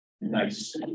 Nice